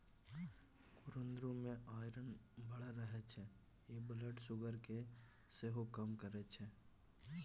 कुंदरु मे आइरन बड़ रहय छै इ ब्लड सुगर केँ सेहो कम करय छै